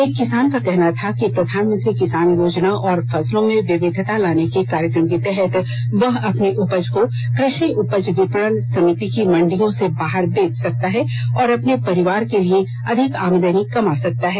एक किसान का कहना था कि प्रधानमंत्री किसान योजना और फसलों में विविधता लाने के कार्यक्रम के तहत वह अपनी उपज को कृषि उपज विपणन समिति की मंडियों से बाहर बेच सकता है और अपने परिवार के लिए अधिक आमदनी कमा सकता है